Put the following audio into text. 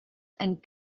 and